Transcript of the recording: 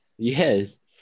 Yes